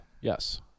Yes